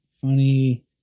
funny